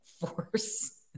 force